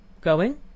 Going